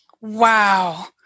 Wow